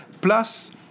Plus